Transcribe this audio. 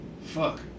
Fuck